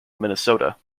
minnesota